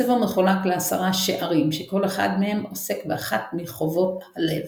הספר מחולק לעשרה "שערים" שכל אחד מהם עוסק באחת מחובות הלב.